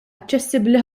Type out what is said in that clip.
aċċessibbli